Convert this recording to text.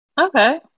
Okay